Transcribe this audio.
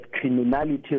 criminality